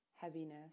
heaviness